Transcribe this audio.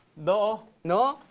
no, no.